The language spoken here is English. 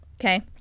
okay